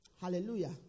Hallelujah